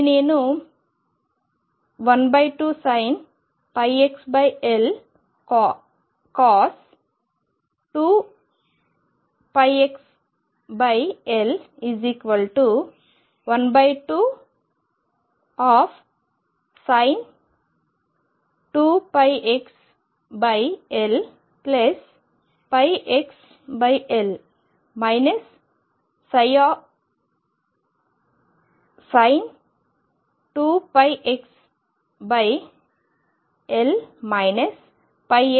దీన్ని నేను 12sin πxL cos 2πxL 12sin 2πxLπxL sin 2πxL πxL